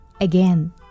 again